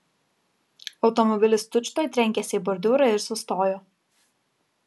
automobilis tučtuoj trenkėsi į bordiūrą ir sustojo